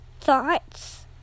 thoughts